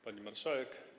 Pani Marszałek!